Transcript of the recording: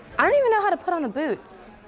i don't even know how to put on the boots!